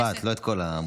אבל משפט, לא את כל העמוד.